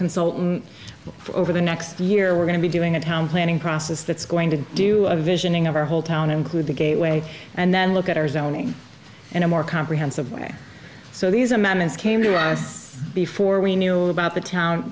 consultant over the next year we're going to be doing a town planning process that's going to do a vision ing of our whole town include the gateway and then look at our zoning in a more comprehensive way so these amendments came to us before we knew about the town